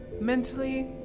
mentally